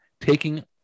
taking